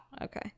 okay